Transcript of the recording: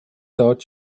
thought